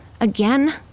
Again